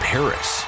Paris